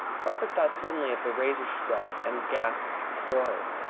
robert thought suddenly of the razor-strop, and gasped with horror.